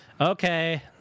Okay